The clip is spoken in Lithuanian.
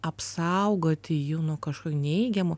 apsaugoti jį nuo kažkokių neigiamų